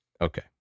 Okay